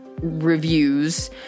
reviews